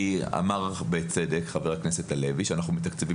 אמר בצדק חבר הכנסת הלוי שאנחנו מתקצבים